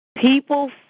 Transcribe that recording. People